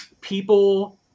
people